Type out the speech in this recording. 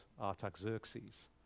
Artaxerxes